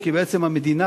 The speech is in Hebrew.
בעצם המדינה,